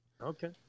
Okay